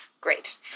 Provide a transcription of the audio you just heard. Great